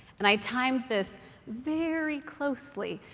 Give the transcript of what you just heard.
and i timed this very closely.